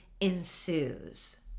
ensues